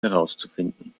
herauszufinden